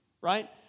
right